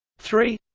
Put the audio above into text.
three